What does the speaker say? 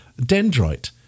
dendrite